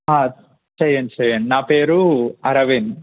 చేయండి చేయండి నా పేరు అరవింద్